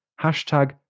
hashtag